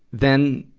then,